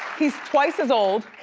he's twice as old,